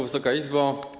Wysoka Izbo!